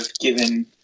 given